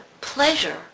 pleasure